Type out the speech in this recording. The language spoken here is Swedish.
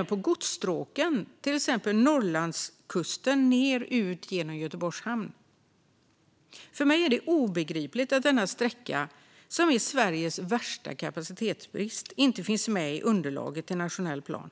och på godsstråken, till exempel Norrlandskusten ned och ut genom Göteborgs Hamn. För mig är det obegripligt att denna sträcka, som har Sveriges största kapacitetsbrist, inte finns med i underlaget till nationell plan.